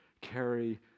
carry